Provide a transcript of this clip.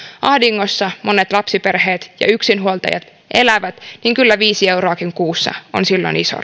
ahdingossa monet lapsiperheet ja yksinhuoltajat elävät niin kyllä viiden euroakin kuussa on silloin iso